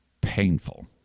painful